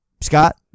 Scott